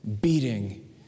beating